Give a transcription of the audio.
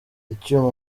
icyuma